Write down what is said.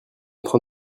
train